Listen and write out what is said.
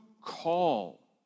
call